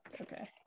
Okay